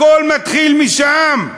הכול מתחיל משם.